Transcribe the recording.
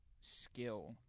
skill